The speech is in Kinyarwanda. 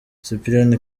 cyprien